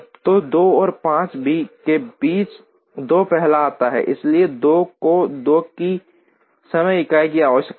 तो 2 और 5 के बीच 2 पहले आता है इसलिए 2 को 2 की समय इकाई की आवश्यकता है